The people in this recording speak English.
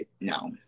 no